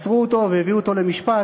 עצרו אותו והביאו אותו למשפט,